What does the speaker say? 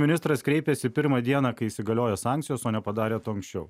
ministras kreipėsi pirmą dieną kai įsigaliojo sankcijos o nepadarė to anksčiau